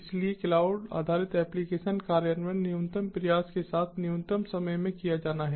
इसलिए क्लाउड आधारित एप्लिकेशन कार्यान्वयन न्यूनतम प्रयास के साथ न्यूनतम समय में किया जाना है